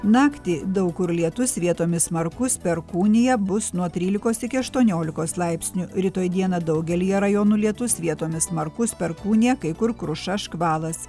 naktį daug kur lietus vietomis smarkus perkūnija bus nuo trylikos iki aštuoniolikos laipsnių rytoj dieną daugelyje rajonų lietus vietomis smarkus perkūnija kai kur kruša škvalas